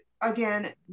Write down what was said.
again